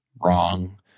wrong